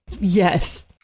Yes